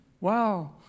Wow